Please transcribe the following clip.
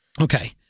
Okay